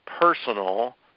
personal